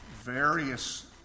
various